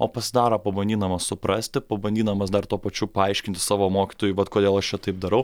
o pasidaro pabandydamas suprasti pabandydamas dar tuo pačiu paaiškinti savo mokytojui vat kodėl aš čia taip darau